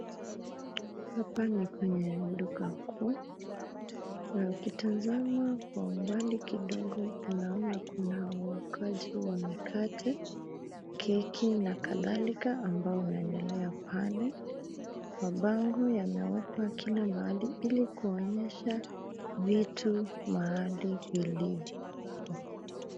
Hapa ni penye duka kuu. Na ukitazama kwa umbali kidogo uanona kuna uokaji wa mikate, keki na kadhalika ambayo inaendelea pale. Mabango yamewekwa kila mahali ili kuonyesha vitu mahali viliko.